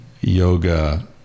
yoga